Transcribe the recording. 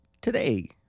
today